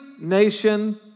nation